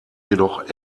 jedoch